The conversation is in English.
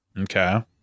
Okay